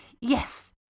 Yes